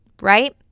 right